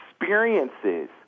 experiences